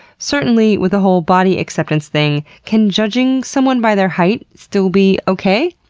certainly with the whole body-acceptance thing, can judging someone by their height still be okay?